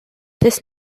this